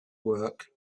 work